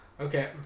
okay